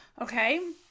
Okay